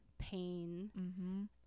pain